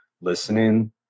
listening